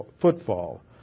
footfall